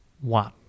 one